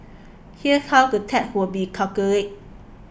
here's how the tax will be calculated